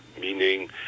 meaning